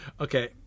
Okay